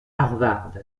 harvard